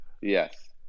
Yes